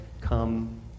come